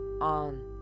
on